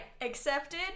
accepted